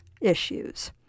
issues